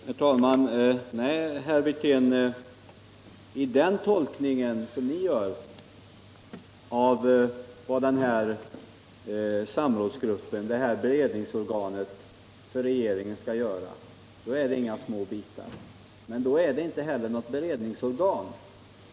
Herr talman! Nej, herr Wirtén, i er tolkning av vad det här beredningsorganet för regeringen skall göra är det inga små bitar. Men då är det inte heller något beredningsorgan.